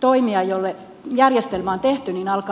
toimija jolle järjestelmä on tehty alkaa ostaa sitä tuotetta